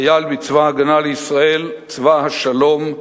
חייל בצבא-ההגנה לישראל, צבא השלום.